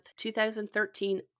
2013